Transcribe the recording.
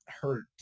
hurt